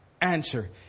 answer